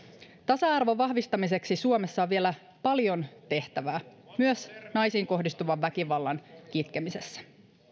tasa arvon vahvistamiseksi suomessa on vielä paljon tehtävää myös naisiin kohdistuvan väkivallan kitkemisessä